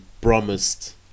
promised